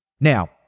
Now